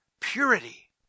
purity